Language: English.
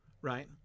right